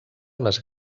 les